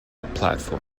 platform